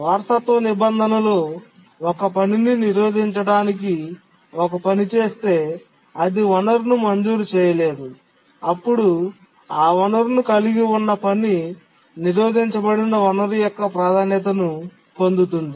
వారసత్వ నిబంధన లో ఒక పనిని నిరోధించడానికి ఒక పని చేస్తే అది వనరును మంజూరు చేయలేదు అప్పుడు ఆ వనరును కలిగి ఉన్న పని నిరోధించబడిన వనరు యొక్క ప్రాధాన్యతను పొందుతుంది